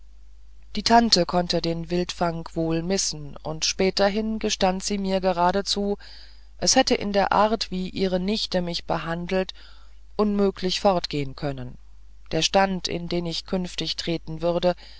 die tante konnte den wildfang wohl missen und späterhin gestand sie mir geradezu es hätte in der art wie ihre nichte mich behandelt unmöglich fortgehn können der stand in den ich künftig treten würde